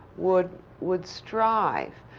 would would strive,